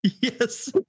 Yes